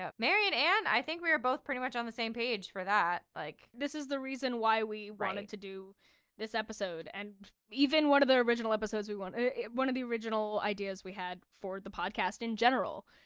ah mary and anne i think we were both pretty much on the same page for that like this is the reason why we wanted to do this episode, and even one of the original episodes we want, ah one of the original ideas we had for the podcast in general,